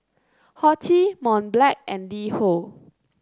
Horti Mont Blanc and LiHo